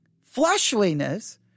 fleshliness